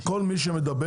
כל מי שמדבר,